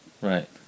Right